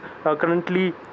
currently